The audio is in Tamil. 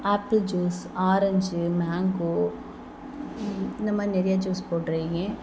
ஆப்பிள் ஜூஸ் ஆரஞ்சு மேங்கோ இந்தமாதிரி நிறைய ஜூஸ் போட்ருக்கேன்